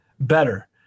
better